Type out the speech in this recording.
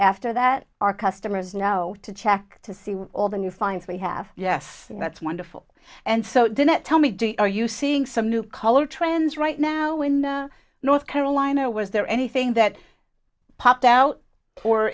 after that our customers know to check to see all the new finds we have yes that's wonderful and so the net tell me are you seeing some new color trends right now in the north carolina was there anything that popped out or